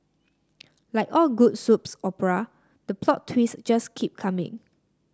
like all good soups opera the plot twist just keep coming